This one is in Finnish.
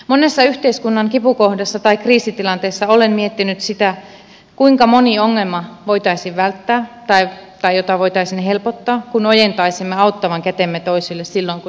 monessa yhteiskunnan kipukohdassa tai kriisitilanteessa olen miettinyt sitä kuinka moni ongelma voitaisiin välttää tai kuinka montaa ongelmaa voitaisiin helpottaa kun ojentaisimme auttavan kätemme toisille silloin kun heillä on vaikeaa